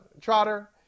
Trotter